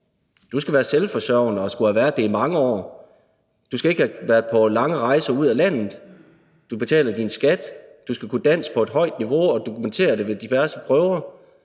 Du skal være selvforsørgende og skal have været det i mange år, du skal ikke have været på lange rejser ud af landet, du skal betale din skat, du skal kunne dansk på et højt niveau og dokumentere det ved diverse prøver,